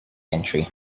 entry